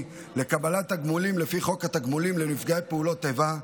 לקבלת תגמולים לפי חוק התגמולים לנפגעי פעולות איבה,